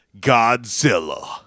Godzilla